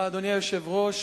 היושב-ראש,